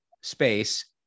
space